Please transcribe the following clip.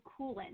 coolant